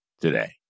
today